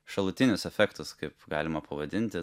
šalutinius efektus kaip galima pavadinti